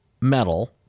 metal